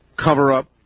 cover-up